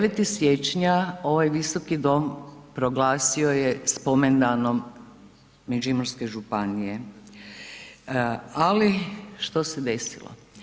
9. siječnja, ovaj Visoki dom proglasio je spomendanom Međimurske županije, ali što se desilo?